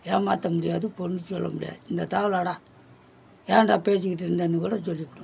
ஏமாற்ற முடியாது பொய் சொல்ல முடியாது இந்த தேவைலாடா ஏன்டா பேசிகிட்டு இருந்தேனு கூட சொல்லிவிடும்